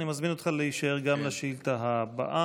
אני מזמין אותך להישאר גם לשאילתה הבאה.